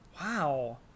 Wow